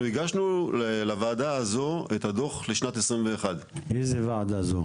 אנחנו הגשנו לוועדה הזו את הדו"ח לשנת 2021. איזו ועדה זו?